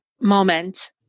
moment